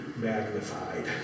Magnified